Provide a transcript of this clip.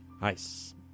Nice